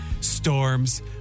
Storms